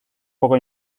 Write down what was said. poco